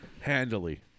handily